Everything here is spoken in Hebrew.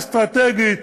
אסטרטגית,